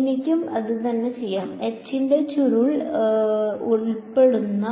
എനിക്കും അതുതന്നെ ചെയ്യാം H ന്റെ ചുരുളൻ ഉൾപ്പെടുന്ന